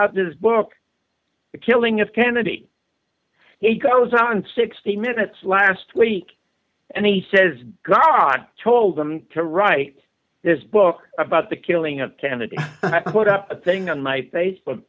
out this book the killing of kennedy he goes on sixty minutes last week and he says god told him to write this book about the killing of candidate put up a thing on my facebook